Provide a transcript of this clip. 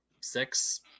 six